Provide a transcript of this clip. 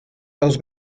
els